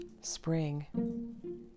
spring